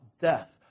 death